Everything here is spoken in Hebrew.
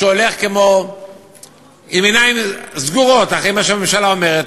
שהולך בעיניים סגורות אחרי מה שהממשלה אומרת,